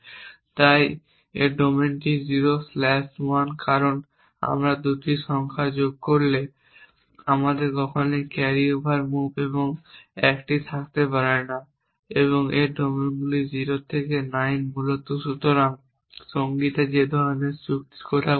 তাই এর ডোমেনটি 0 স্ল্যাশ 1 কারণ আমরা 2টি সংখ্যা যোগ করলে আমাদের কখনই ক্যারি ওভার মুভ এবং 1 থাকতে পারে না এবং এর ডোমেনগুলি 0 থেকে 9 মূলত সুতরাং সঙ্গীতা যে ধরনের যুক্তির কথা বলছিলেন